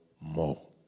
more